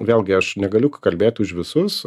vėlgi aš negaliu kalbėt už visus